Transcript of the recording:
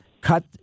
cut